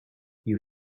you